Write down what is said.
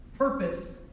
purpose